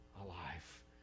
alive